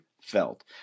felt